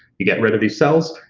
you get rid of these cells,